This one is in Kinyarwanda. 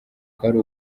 kwari